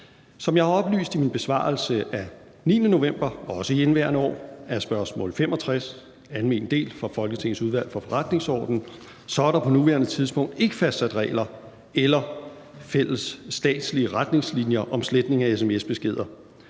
Som jeg har oplyst i min besvarelse af 9. november, også i indeværende år, af spørgsmål 65, alm. del, for Folketingets Udvalg for Forretningsordenen, er der på nuværende tidspunkt ikke fastsat regler eller fællesstatslige retningslinjer om sletning af sms-beskeder.